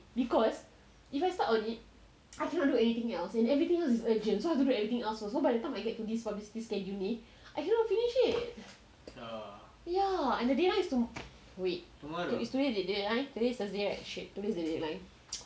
because if I start on it I cannot do anything else and everything else is urgent so by the time I get this for this scheduling I cannot finish it ya and the deadline is tomorrow wait is today the deadline today is thursday right today is the deadline